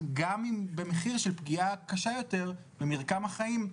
גם במחיר של פגיעה קשה יותר במרקם החיים,